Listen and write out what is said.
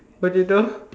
potato